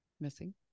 missing